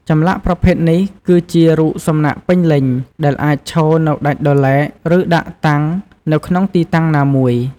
ចម្លាក់ប្រភេទនេះគឺជា រូបសំណាកពេញលេញ ដែលអាចឈរនៅដាច់ដោយឡែក ឬដាក់តាំងនៅក្នុងទីតាំងណាមួយ។